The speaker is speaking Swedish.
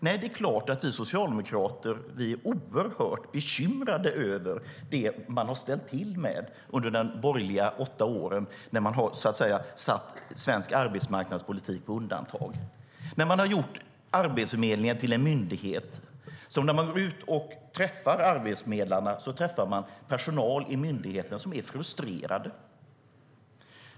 Nej, det är klart att vi socialdemokrater är oerhört bekymrade över det man har ställt till med under de åtta borgerliga åren när man har satt svensk arbetsmarknadspolitik på undantag. Man har gjort Arbetsförmedlingen till en myndighet. När man går ut och träffar arbetsförmedlarna träffar man personal i myndigheten som är frustrerad.